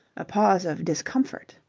a pause of discomfort.